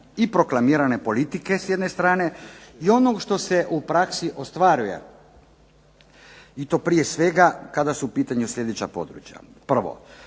i proklamirane politike s jedne strane i onog što se u praksi ostvaruje. I to prije svega kada su u pitanju sljedeća područja: Prvo,